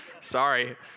Sorry